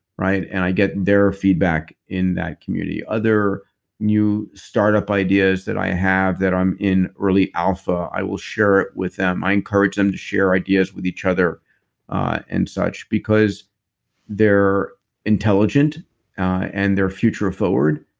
right? and i get their feedback in that community. other new startup ideas that i have that i'm in early alpha, i will share it with them. i encourage them to share ideas with each other and such because they're intelligent and they're future forward.